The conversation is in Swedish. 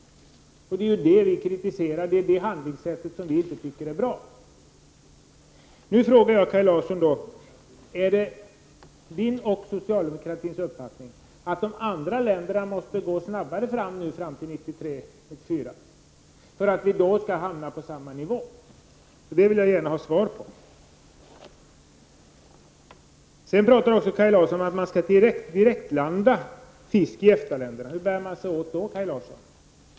Det är det vi kritiserar och det är det handlingssättet som vi inte tycker är bra. Är det Kaj Larssons och socialdemokratins uppfattning att de andra länderna måste gå snabbare fram till 1993—1994 för att Sverige skall hamna på samma nivå? Jag vill gärna ha svar på det. Kaj Larsson talar även om att fisk skall direktlandas i EFTA-länderna. Hur bär man sig åt då, Kaj Larsson?